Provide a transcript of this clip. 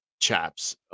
Chaps